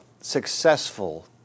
successful